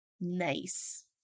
Nice